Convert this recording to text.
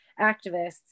activists